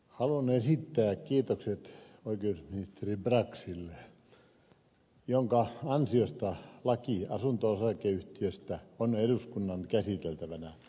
haluan esittää kiitokset oikeusministeri braxille jonka ansiosta laki asunto osakeyhtiöstä on eduskunnan käsiteltävänä